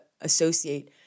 associate